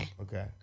Okay